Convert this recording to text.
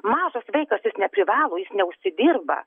mažas vaikas jis neprivalo jis neužsidirba